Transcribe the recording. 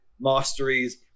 masteries